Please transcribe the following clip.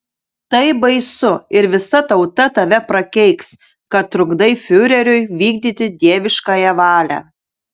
tai baisu ir visa tauta tave prakeiks kad trukdai fiureriui vykdyti dieviškąją valią